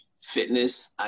fitness